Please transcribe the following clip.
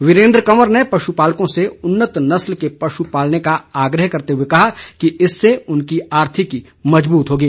वीरेंद्र कंवर ने पश् पालकों से उन्नत नस्ल के पश् पालने का आग्रह करते हए कहा कि इससे उनकी आर्थिकी मजबूत होगी